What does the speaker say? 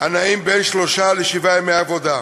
הנעים בין שלושה לשבעה ימי עבודה.